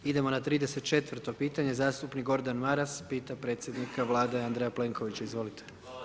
Idemo na 34. pitanje, zastupnik Gordan Maras pita predsjednika Vlade Andreja Plenkovića, izvolite.